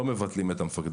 אנחנו לא מבטלים את המפקדים.